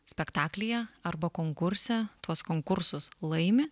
spektaklyje arba konkurse tuos konkursus laimi